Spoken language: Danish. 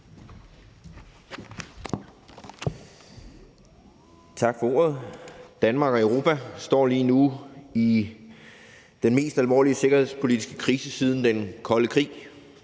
Tak for ordet. Danmark og Europa står lige nu i den mest alvorlige sikkerhedspolitiske krise siden den kolde krig.